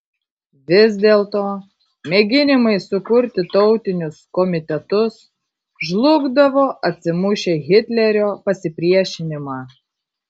vis dėlto mėginimai sukurti tautinius komitetus žlugdavo atsimušę į hitlerio pasipriešinimą